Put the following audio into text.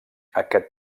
aquest